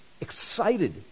excited